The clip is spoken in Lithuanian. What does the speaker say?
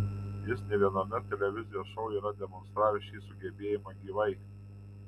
jis ne viename televizijos šou yra demonstravęs šį sugebėjimą gyvai